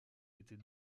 était